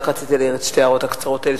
רק רציתי להעיר את שתי ההערות הקצרות האלה.